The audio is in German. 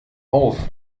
auf